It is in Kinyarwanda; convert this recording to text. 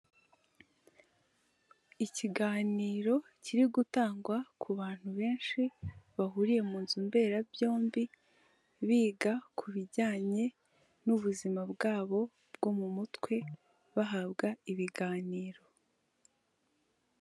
Ikiganiro kiri gutangwa ku bantu benshi bahuriye mu nzu mberabyombi, biga ku bijyanye n'ubuzima bwabo bwo mu mutwe, bahabwa ibiganiro.